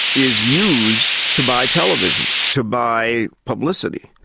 is used to buy television, to buy publicity,